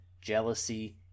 jealousy